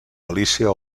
galícia